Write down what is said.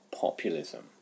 populism